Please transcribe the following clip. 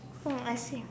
so I think